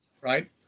right